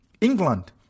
England